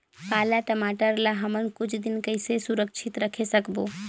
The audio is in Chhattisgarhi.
पाला टमाटर ला हमन कुछ दिन कइसे सुरक्षित रखे सकबो?